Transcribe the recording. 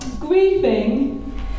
Grieving